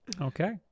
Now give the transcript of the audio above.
Okay